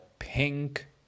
pink